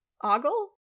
Ogle